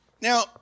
Now